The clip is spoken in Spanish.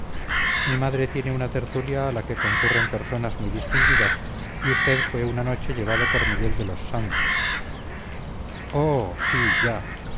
mi madre tiene una tertulia a que concurren personas muy distinguidas y usted fue una noche llevado por miguel de los santos oh sí ya